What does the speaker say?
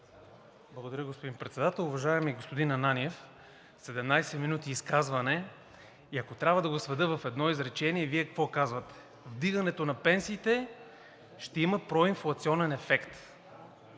Благодаря, господин Председател. Уважаеми господин Ананиев, 17 минути изказване и ако трябва да го сведа в едно изречение, Вие какво казвате? Вдигането на пенсиите ще има проинфлационен ефект.